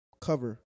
cover